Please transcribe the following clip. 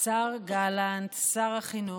השר גלנט, שר החינוך.